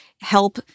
help